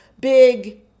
big